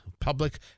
public